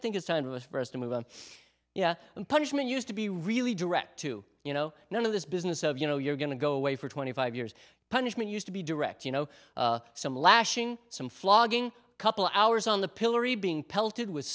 think it's time it was for us to move on yeah and punishment used to be really direct to you know none of this business of you know you're going to go away for twenty five years punishment used to be direct you know some lashing some flogging a couple hours on the